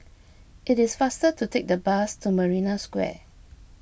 it is faster to take the bus to Marina Square